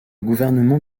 gouvernement